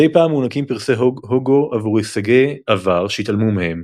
מדי פעם מוענקים פרסי הוגו עבור הישגי עבר שהתעלמו מהם,